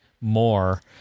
more